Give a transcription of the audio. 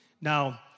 Now